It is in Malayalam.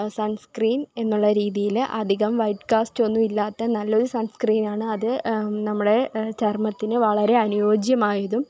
സണ് സ്ക്രീം എന്നുള്ള രീതിയിൽ അധികം വൈഡ് കാസ്റ്റ് ഒന്നും ഇല്ലാത്ത നല്ലൊരു സണ് സ്ക്രീനാണ് അത് നമ്മുടെ ചര്മ്മത്തിന് വളരെ അനുയോജ്യമായതും